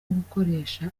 gukoresha